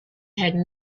had